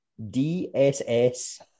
DSS